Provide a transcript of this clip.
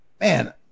Man